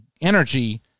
energy